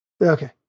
Okay